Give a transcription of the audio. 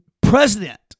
President